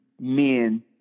men